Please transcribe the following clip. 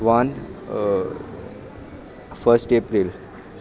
one first April